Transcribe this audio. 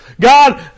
God